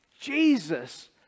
Jesus